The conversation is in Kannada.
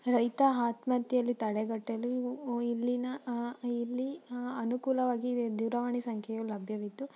ರೈತ ಆತ್ಮಹತ್ಯೆಯಲ್ಲಿ ತಡೆಗಟ್ಟಲು ಇಲ್ಲಿನ ಇಲ್ಲಿ ಅನುಕೂಲವಾಗಿ ದೂರವಾಣಿ ಸಂಖ್ಯೆಯು ಲಭ್ಯವಿದ್ದು